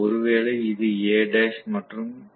ஒருவேளை இது A மற்றும் இது A